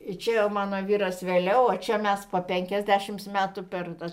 i čia jau mano vyras vėliau čia mes po penkiasdešimt metų per tas